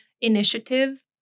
initiative